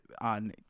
on